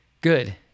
good